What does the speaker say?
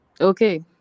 okay